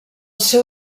seu